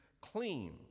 clean